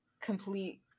complete